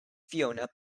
fiona